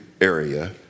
area